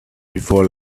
before